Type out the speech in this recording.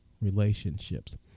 relationships